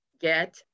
get